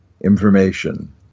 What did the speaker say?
information